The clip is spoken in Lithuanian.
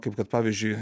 kaip kad pavyzdžiui